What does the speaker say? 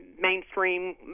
mainstream